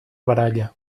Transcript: baralla